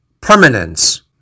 permanence